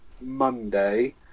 Monday